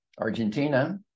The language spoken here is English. Argentina